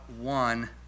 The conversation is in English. one